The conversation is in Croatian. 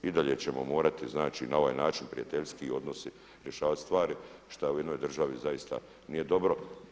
I dalje ćemo morati znači na ovaj način prijateljski odnosi rješavati stvari šta u jednoj državi zaista nije dobro.